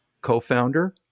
co-founder